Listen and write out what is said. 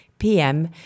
PM